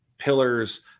pillars